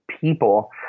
people